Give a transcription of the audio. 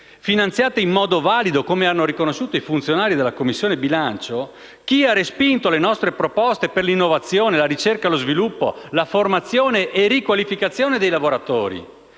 finanziate in modo valido, come hanno riconosciuto i funzionari della Commissione bilancio; chi ha respinto le nostre proposte per l'innovazione, la ricerca e lo sviluppo, la formazione e la riqualificazione dei lavoratori;